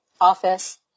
Office